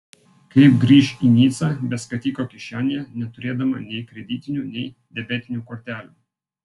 kaip grįš į nicą be skatiko kišenėje neturėdama nei kreditinių nei debetinių kortelių